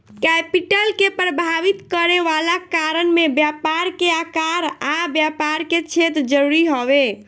capital के प्रभावित करे वाला कारण में व्यापार के आकार आ व्यापार के क्षेत्र जरूरी हवे